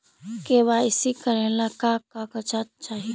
KYC करे ला का का कागजात चाही?